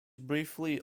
briefly